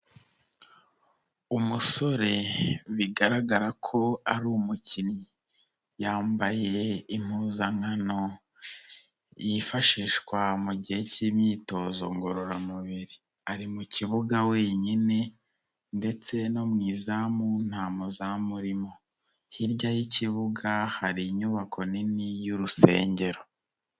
Umusore bigaragara ko ari umukinnyi, yambaye impuzankano yifashishwa mu gihe k'imyitozo ngororamubiri, ari mu kibuga wenyine ndetse no mu izamu nta muzamu urimo, hirya y'ikibuga hari inyubako nini y'urusengero.